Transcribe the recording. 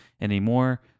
anymore